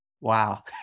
Wow